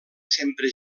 sempre